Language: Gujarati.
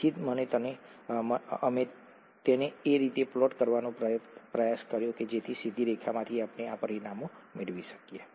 તેથી જ અમે તેને આ રીતે પ્લોટ કરવાનો પ્રયાસ કર્યો જેથી સીધી રેખામાંથી આપણે આ પરિમાણો મેળવી શકીએ